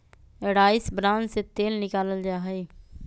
rice bran से तेल निकाल्ल जाहई